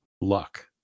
luck